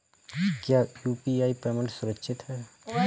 क्या UPI payment सुरक्षित है?